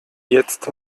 jetzt